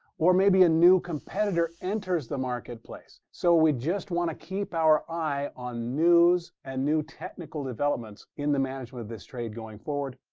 or maybe a new competitor enters the marketplace. so we just want to keep our eye on news and new technical developments in the management of this trade going forward.